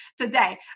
today